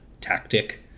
tactic